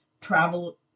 travel